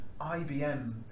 IBM